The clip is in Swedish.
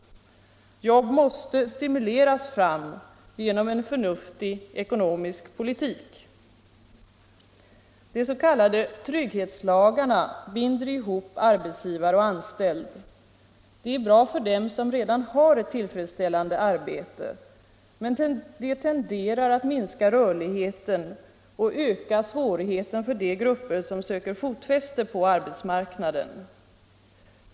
Jobb måste stimuleras fram genom en förnuftig ekonomisk politik. De s.k. trygghetslagarna binder ihop arbetsgivare och anställd. De är bra för dem som redan har ett tillfredsställande arbete, men de tenderar att minska rörligheten och öka svårigheterna för de grupper som söker fotfäste på arbetsmarknaden.